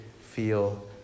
feel